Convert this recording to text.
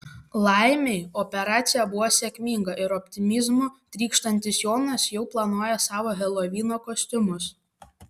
laimei operacija buvo sėkminga ir optimizmu trykštantis jonas jau planuoja savo helovino kostiumus